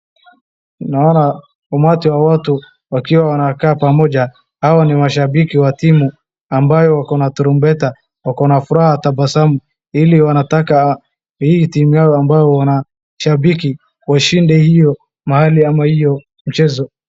Naona umati wa watu wakiwa wanakaa pamoja. Hawa ni mashabiki wa timu ambayo wako na tarumbeta. Wako na furaha tabasamu ili wanataka hii timu yao ambao wanashabiki washinde hiyo mahali ama hiyo mchezo.